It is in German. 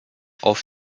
auf